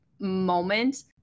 moment